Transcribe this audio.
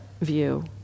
view